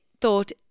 thought